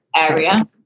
area